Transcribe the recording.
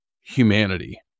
humanity